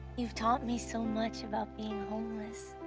you've taught me so much about being homeless.